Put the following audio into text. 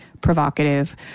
provocative